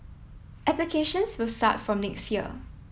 applications will start from next year